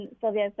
Sylvia